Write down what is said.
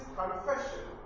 confession